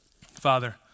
Father